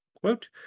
quote